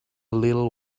little